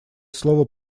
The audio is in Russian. слово